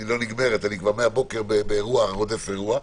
שלא נגמרת, מהבוקר אני באירוע רודף אירוע,